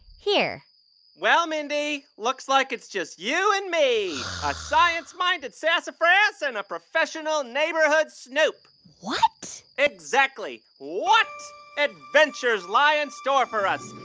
here well, mindy, looks like it's just you and me a science-minded sassafras and a professional neighborhood snoop what? exactly. what adventures lie in and store for us?